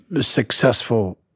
successful